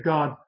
God